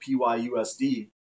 PYUSD